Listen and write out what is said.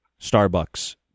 Starbucks